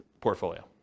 portfolio